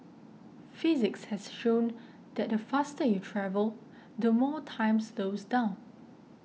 physics has shown that the faster you travel the more time slows down